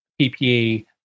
PPE